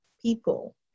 People